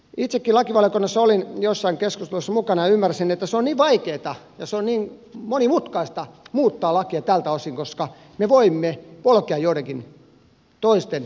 itsekin lakivaliokunnassa olin jossain keskustelussa mukana ja ymmärsin että se on niin vaikeata ja se on niin monimutkaista muuttaa lakia tältä osin koska me voimme polkea joidenkin toisten rikoksentekijöiden oikeutta